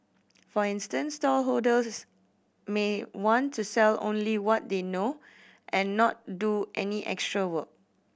for instance stallholders may want to sell only what they know and not do any extra work